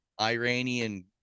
Iranian